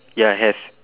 ya have